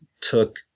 took